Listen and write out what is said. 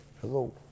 Hello